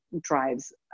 drives